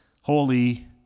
holy